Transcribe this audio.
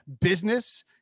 business